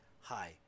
Hi